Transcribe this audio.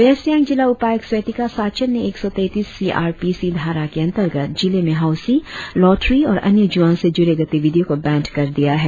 waste Siang जिला उपायुक्त स्वेतिका साचन ने एक सौ तैतीस सीआरपीसी धारा के अंतर्गत जिले में हॉऊसी लॉटरी और अन्य जुआ से जूड़े गतिविधियों को बैंड कर दिया है